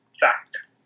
Fact